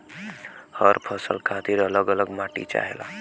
हर फसल खातिर अल्लग अल्लग माटी चाहेला